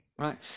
Right